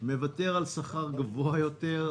מוותר על שכר גבוה יותר,